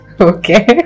Okay